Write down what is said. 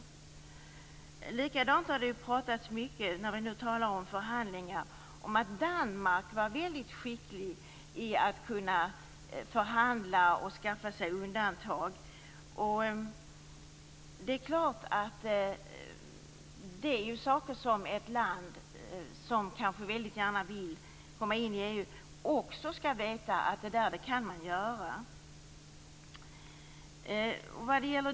När vi nu talar om förhandlingar kan jag säga att det har pratats mycket om att Danmark var väldigt skickligt när det gällde att förhandla och skaffa sig undantag. Det är klart att ett land som väldigt gärna vill komma in i EU också skall veta att man kan göra så.